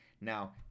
Now